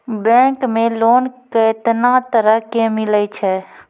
Bank मे loan कैतना तरह के मिलै छै?